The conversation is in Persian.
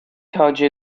تاج